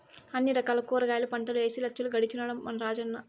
అన్ని రకాల కూరగాయల పంటలూ ఏసి లచ్చలు గడించినాడ మన రాజన్న